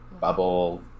bubble